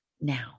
now